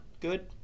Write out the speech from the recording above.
good